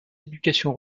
éducation